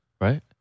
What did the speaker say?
right